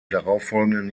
darauffolgenden